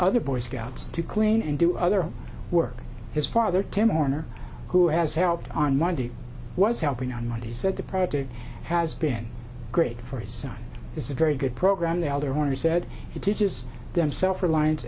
other boy scouts to clean and do other work his father tim orner who has helped on monday was helping on monday said the project has been great for his son is a very good program the elder owner said it teaches them self relian